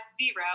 zero